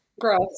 Gross